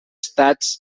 estats